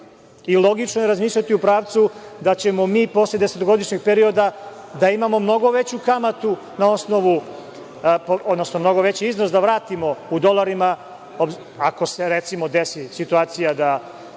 i logično je razmišljati u pravcu da ćemo mi, posle desetogodišnjeg perioda da imamo mnogo veću kamatu na osnovu, odnosno mnogo veći iznos da vratimo u dolarima, ako se recimo desi situacija da